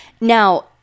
Now